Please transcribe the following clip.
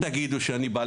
זה המצב.